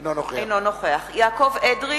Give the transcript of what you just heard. אינו נוכח יעקב אדרי,